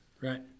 Right